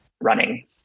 running